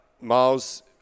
Miles